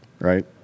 right